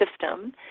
system